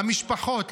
למשפחות,